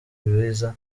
ibiza